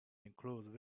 includes